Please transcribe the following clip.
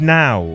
now